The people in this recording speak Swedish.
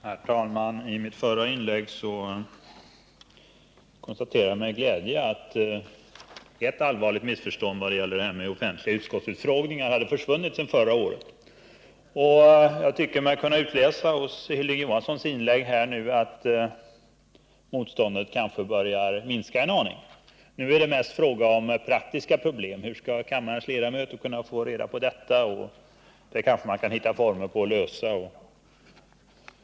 Herr talman! I mitt förra inlägg konstaterade jag med glädje att ett allvarligt missförstånd vad det gäller offentliga utskottsutfrågningar hade försvunnit sedan förra året. Av Hilding Johanssons anförande tycker jag mig nu kunna utläsa att motståndet börjar minska en aning. Nu talar man mest om praktiska problem, exempelvis om hur man skall kunna lösa frågan om hur kammarens ledamöter skall beredas tillfälle att ta del av utfrågningarna.